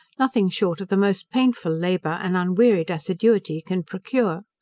nothing short of the most painful labour, and unwearied assiduity, can procure.